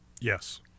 Yes